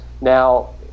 Now